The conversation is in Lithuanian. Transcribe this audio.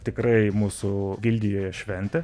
tikrai mūsų gildijoje šventė